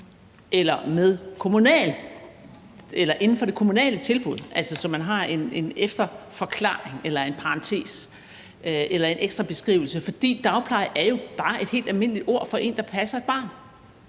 eller dagplejer inden for det kommunale tilbud. Altså så man har en forklaring eller en parentes eller en ekstra beskrivelse, fordi dagpleje jo bare er et helt almindeligt ord for en, der passer et barn.